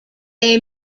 they